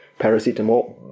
paracetamol